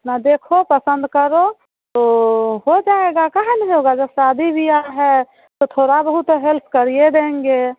अपना देखो पसंद करो तो हो जाएगा काहे नहीं होगा जब शादी ब्याह है तो थोड़ा बहुत तो हेल्प करिए देंगे